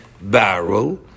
barrel